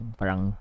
parang